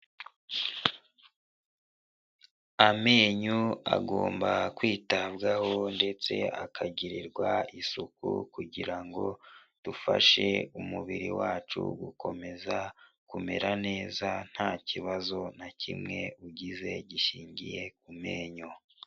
Amenyo agomba kwitabwaho ndetse akagirirwa isuku kugira ngo dufashe umubiri wacu gukomeza kumera neza nta kibazo na kimwe ugize gishingiye ku menyo.